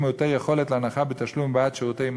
יכול להיות שצריך לכנס פה ועדה משותפת,